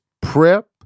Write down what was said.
prep